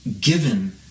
given